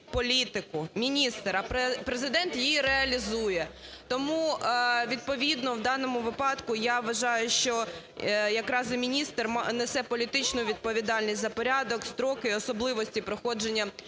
Міністр. А президент її реалізує. Тому відповідно в даному випадку є вважаю, що якраз і міністр несе політичну відповідальність за порядок, строки і особливості проходження дипломатичної